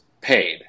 paid